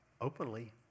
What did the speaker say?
openly